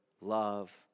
love